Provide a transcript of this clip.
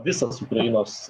visas ukrainos